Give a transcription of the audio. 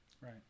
right